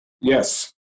Yes